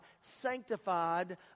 sanctified